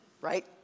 right